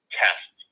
test